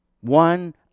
One